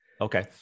okay